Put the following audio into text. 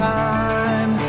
time